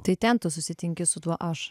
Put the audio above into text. tai ten tu susitinki su tuo aš